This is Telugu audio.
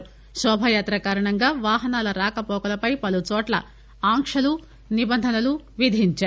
ఇక కోభయాత్ర కారణంగా వాహనాల రాకపోకలపై పలుచోట్ల ఆంక్షలు నిబంధనలూ విధించారు